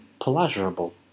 pleasurable